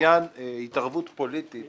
להתערבות פוליטית